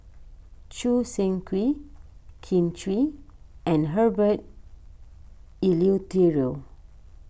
Choo Seng Quee Kin Chui and Herbert Eleuterio